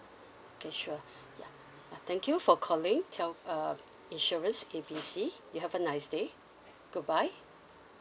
okay sure ya thank you for calling tell uh insurance A B C you have a nice day good bye